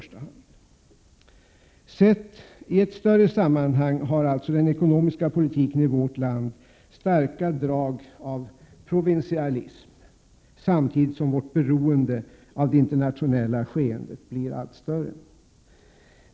Sedd i ett större sammanhang har alltså den ekonomiska politiken i vårt land starka drag av ”provinsialism”, samtidigt som vårt beroende av det internationella skeendet blir allt större.